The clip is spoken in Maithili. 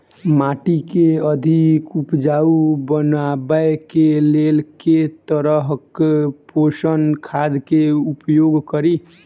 माटि केँ अधिक उपजाउ बनाबय केँ लेल केँ तरहक पोसक खाद केँ उपयोग करि?